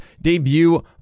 debut